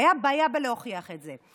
הייתה בעיה להוכיח את זה,